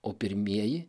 o pirmieji